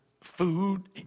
food